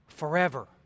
forever